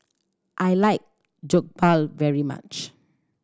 I like Jokbal very much